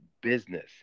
business